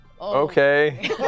okay